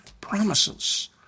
promises